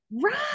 Right